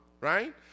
right